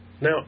now